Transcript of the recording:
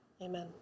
Amen